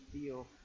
feel